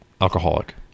alcoholic